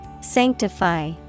Sanctify